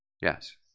Yes